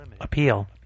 appeal